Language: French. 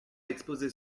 l’exposé